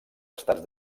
estats